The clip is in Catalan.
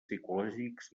psicològics